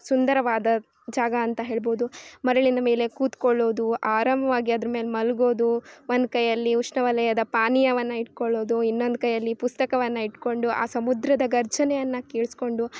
ಸುಂದರವಾದ ಜಾಗ ಅಂತ ಹೇಳ್ಬೌದು ಮರಳಿನ ಮೇಲೆ ಕೂತ್ಕೊಳ್ಳೋದು ಆರಾಮವಾಗಿ ಅದ್ರ ಮೇಲೆ ಮಲಗೋ ಒಂದು ಕೈಯ್ಯಲ್ಲಿ ಉಷ್ಣವಲಯದ ಪಾನೀಯವನ್ನು ಇಟ್ಕೊಳ್ಳೋದು ಇನ್ನೊಂದು ಕೈಯ್ಯಲ್ಲಿ ಪುಸ್ತಕವನ್ನು ಇಟ್ಕೊಂಡು ಆ ಸಮುದ್ರದ ಘರ್ಜನೆಯನ್ನ ಕೇಳಿಸ್ಕೊಂಡು